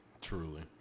Truly